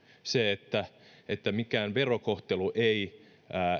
se että että mikään verokohtelu ei